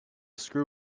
screw